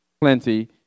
plenty